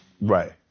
Right